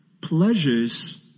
Pleasures